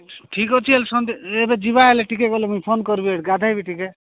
ଠିକ ଅଛି ହେଲେ ଏବେ ଯିବା ହେଲେ ଟିକେ ଗଲେ ମୁଁ କରିବି ଏ ଗାଧୋଇବି ଟିକେ